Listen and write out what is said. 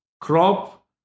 crop